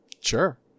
Sure